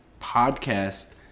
podcast